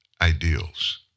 ideals